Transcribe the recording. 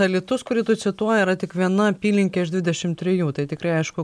alytus kurį tu cituoji yra tik viena apylinkė iš dvidešimt trijų tai tikrai aišku